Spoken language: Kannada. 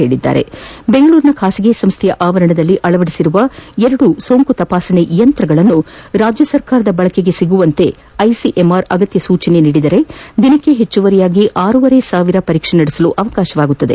ದೆಂಗಳೂರಿನ ಖಾಸಗಿ ಸಂಸ್ನೆ ಆವರಣದಲ್ಲಿ ಅಳವಡಿಸಿರುವ ಎರಡು ಸೋಂಕು ತಪಾಸಣೆ ಯಂತ್ರಗಳನ್ನು ರಾಜ್ಲಸರ್ಕಾರದ ಬಳಕೆಗೆ ಸಿಗುವಂತೆ ಐಸಿಎಂಆರ್ ಅಗತ್ನ ಸೂಚನೆ ನೀಡಿದರೆ ದಿನಕ್ಕೆ ಹೆಚ್ಚುವರಿಯಾಗಿ ಆರೂವರೆ ಸಾವಿರ ಪರೀಕ್ಷೆ ನಡೆಸಲು ಅವಕಾಶವಾಗುತ್ತದೆ